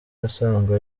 asanzwe